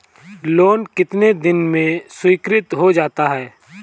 Loan कितने दिन में स्वीकृत हो जाता है?